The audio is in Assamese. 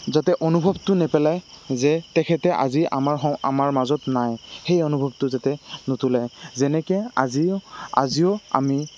যাতে অনুভৱটো নেপেলায় যে তেখেতে আজি আমাৰ আমাৰ মাজত নাই সেই অনুভৱটো যাতে নুতুলায় যেনেকে আজিও আজিও আমি